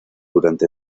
durante